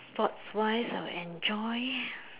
sports wise I would enjoy